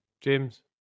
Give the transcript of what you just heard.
James